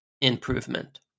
improvement